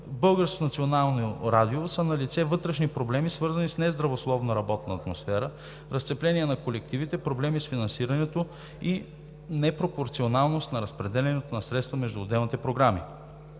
Българското национално радио са налице вътрешни проблеми, свързани с нездравословна работна атмосфера, разцепление на колективите, проблеми с финансирането и непропорционалност на разпределянето на средства между отделните програми.